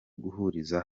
guhuriza